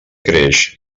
creix